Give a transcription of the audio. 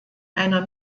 einer